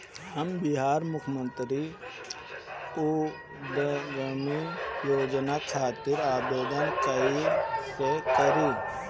हम बिहार मुख्यमंत्री उद्यमी योजना खातिर आवेदन कईसे करी?